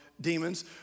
demons